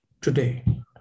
today